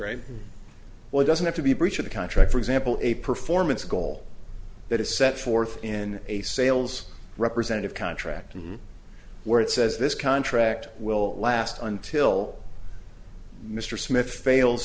one doesn't have to be breach of the contract for example a performance goal that is set forth in a sales representative contract and where it says this contract will last until mr smith fails